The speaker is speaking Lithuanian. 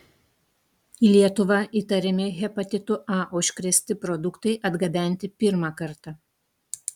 į lietuvą įtariami hepatitu a užkrėsti produktai atgabenti pirmą kartą